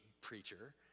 preacher